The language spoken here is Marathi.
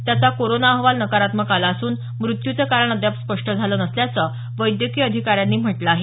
त्याचा कोरोना अहवाल नकारात्मक आला असून मृत्यूचं कारण अद्याप स्पष्ट झालं नसल्याचं वैद्यकीय अधिकाऱ्यांनी म्हटलं आहे